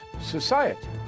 society